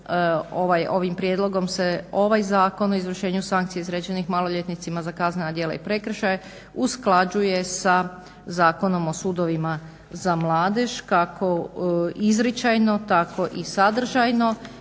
ovim prijedlogom se ovaj Zakon o izvršenju sankcija izrečenih maloljetnicima za kaznena djela i prekršaje usklađuje sa Zakonom o sudovima za mladež, kako izričajno tako i sadržajno.